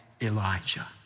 Elijah